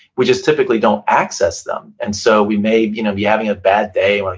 we just typically don't access them. and so we may you know be having a bad day, like